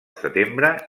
setembre